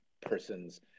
persons